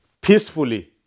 peacefully